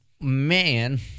man